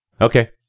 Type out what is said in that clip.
Okay